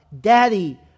Daddy